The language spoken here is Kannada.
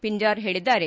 ಪಿಂಜಾರ್ ಹೇಳಿದ್ದಾರೆ